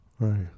Right